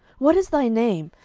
what is thy name,